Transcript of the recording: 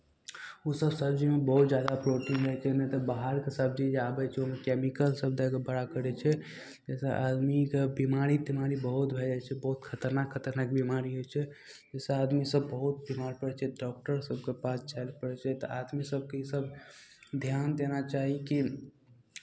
ओसभ सबजीमे बहुत ज्यादा प्रोटीन होइ छै नहि तऽ बाहरके सबजी जे आबै छै ओहिमे कैमिकलसभ दए कऽ बड़ा करै छै जाहिसँ आदमीकेँ बिमारी तिमारी बहुत भए जाइ छै बहुत खतरनाक खतरनाक बिमारी होइ छै जाहिसँ आदमीसभ बहुत बिमार पड़ै छै डॉक्टरसभके पास जाय लेल पड़ै छै तऽ आदमी सभकेँ ईसभ ध्यान देना चाही कि